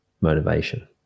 motivation